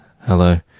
Hello